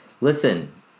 Listen